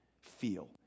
feel